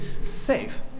Safe